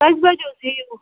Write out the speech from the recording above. کٔژۍ بَجہِ حظ یِیِو